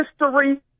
history